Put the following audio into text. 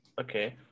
Okay